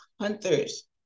hunters